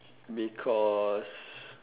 because